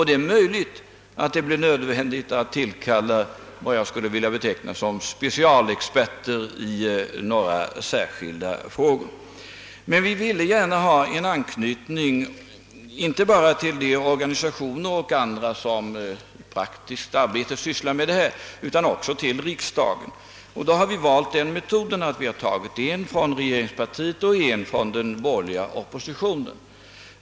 Det är möjligt att det blir nödvändigt att tillkalla vad jag skulle vilja beteckna som specialexperter i några särskilda frågor. Vi ville emellertid gärna ha en anknytning inte bara till de organisationer och andra som i praktiskt arbete sysslar med dessa frågor utan även till riksdagen. Då har vi valt den metoden att vi har utsett en representant från regeringspartiet och en från den borgerliga oppositionen.